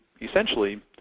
essentially